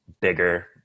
bigger